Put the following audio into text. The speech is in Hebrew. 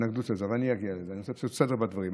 אני אגיע לזה, אני רוצה לעשות סדר בדברים.